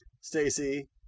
Stacy